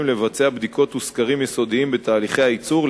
לבצע בדיקות וסקרים יסודיים בתהליכי הייצור,